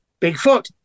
Bigfoot